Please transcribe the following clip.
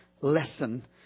lesson